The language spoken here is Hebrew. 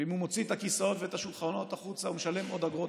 ואם הוא מוציא את הכיסאות ואת השולחנות החוצה הוא משלם עוד אגרות.